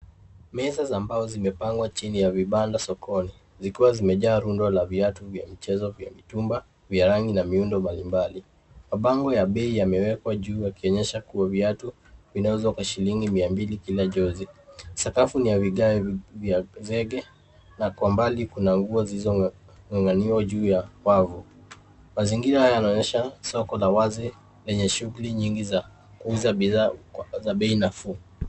Meza za mbao zimepangwa chini ya vibanda sokoni. Zikuwa zimejaa rundo la viatu vya mchezo vya mitumba, vya rangi na miundo malimbali. Mabango ya bei yamewekwa juu yakionyesha kuwa viatu vinauzwa kwa shilingi mia mbili kila jozi. Sakafu ni ya vigae vya zege na kwa mbali kuna nguo zizo nganganiwa juu ya wavu. Mazingira haya yanonyesha soko la wazi lenye shughuli nyingi za kuuza bidhaa za bei nafuu.